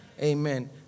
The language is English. Amen